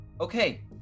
okay